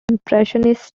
impressionists